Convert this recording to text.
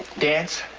dance.